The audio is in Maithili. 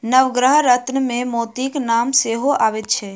नवग्रह रत्नमे मोतीक नाम सेहो अबैत छै